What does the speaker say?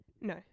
No